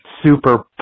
Super